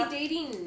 dating